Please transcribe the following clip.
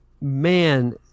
Man